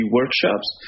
workshops